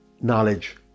knowledge